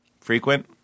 Frequent